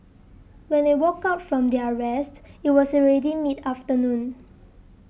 when they woke up from their rest it was already mid afternoon